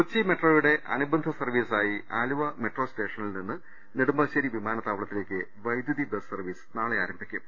കൊച്ചി മെട്രോയുടെ അനുബന്ധ സർവീസായി ആലുവ മെട്രോ സ്റ്റേഷനിൽ നിന്ന് നെടുമ്പാശ്ശേരി വിമാനത്താവളത്തിലേക്ക് വൈദ്യുതി ബസ് സർവീസ് നാളെ ആരംഭിക്കും